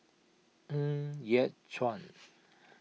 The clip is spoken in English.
Ng Yat Chuan